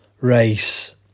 race